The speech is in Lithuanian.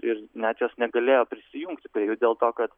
ir net jos negalėjo prisijungti prie jų dėl to kad